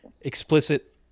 explicit